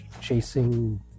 chasing